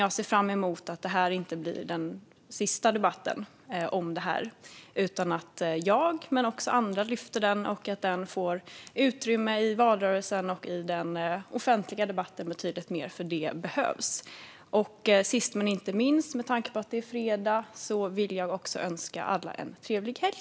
Jag ser fram emot att det här inte ska bli den sista debatten utan att jag och andra ska lyfta upp frågan och att den ska få utrymme i valrörelsen och i den offentliga debatten betydligt mer, för det behövs. Sist men inte minst vill jag, med tanke på att det är fredag, önska alla en trevlig helg.